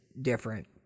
different